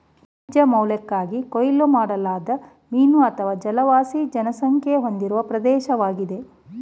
ವಾಣಿಜ್ಯ ಮೌಲ್ಯಕ್ಕಾಗಿ ಕೊಯ್ಲು ಮಾಡಲಾದ ಮೀನು ಅಥವಾ ಜಲವಾಸಿ ಜನಸಂಖ್ಯೆ ಹೊಂದಿರೋ ಪ್ರದೇಶ್ವಾಗಿದೆ